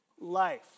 life